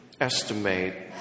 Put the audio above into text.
estimate